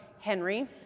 Henry